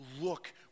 look